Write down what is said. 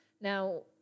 Now